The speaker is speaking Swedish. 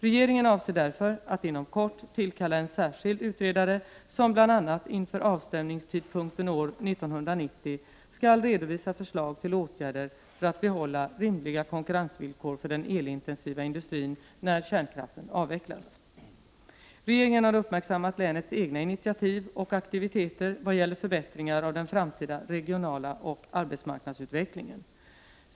Regeringen avser därför att inom kort tillkalla en särskild utredare som bl.a. inför avstämningstidpunkten år 1990 skall redovisa förslag till åtgärder för att behålla rimliga konkurrensvillkor för den elintensiva industrin när kärnkraften avvecklas. Regeringen har uppmärksammat länets egna initiativ och aktiviteter vad gäller förbättringar av den framtida regionala utvecklingen och arbetsmarknadsutvecklingen.